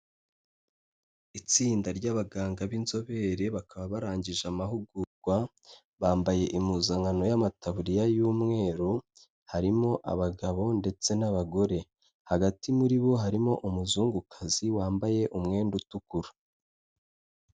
Itsinda ry'abaganga b'inzobere bakaba barangije amahugurwa bambaye impuzankano y'amataburiya y'umweru harimo abagabo ndetse n'abagore hagati muri bo harimo umuzungukazi wambaye umwenda utukura.